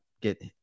get